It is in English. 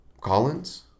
Collins